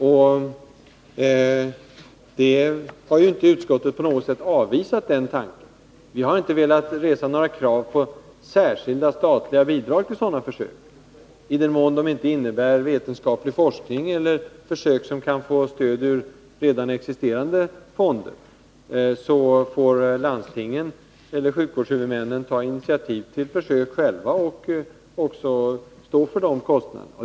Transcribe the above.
Utskottet har inte på något sätt avvisat den tanken. Men vi har inte velat resa krav på särskilda statliga bidrag till sådana försök. I den mån försöken inte innebär vetenskaplig forskning eller försök som kan få stöd ur redan existerande fonder, får sjukvårdshuvudmännen ta initiativ till försök själva och också stå för kostnaderna.